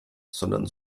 sondern